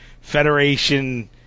federation